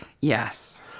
Yes